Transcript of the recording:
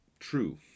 true